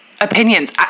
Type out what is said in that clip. opinions